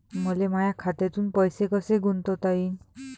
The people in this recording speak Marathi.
मले माया खात्यातून पैसे कसे गुंतवता येईन?